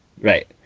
right